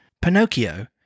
Pinocchio